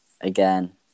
again